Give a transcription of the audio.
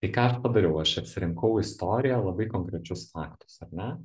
tai ką aš padariau aš atsirinkau istoriją labai konkrečius faktus ar ne